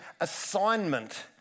assignment